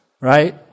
right